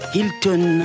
Hilton